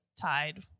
tied